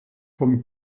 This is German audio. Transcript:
vom